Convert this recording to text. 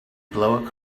blow